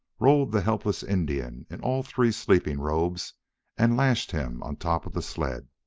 rolled the helpless indian in all three sleeping robes and lashed him on top of the sled.